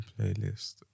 playlist